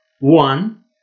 one